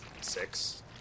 Six